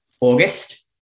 August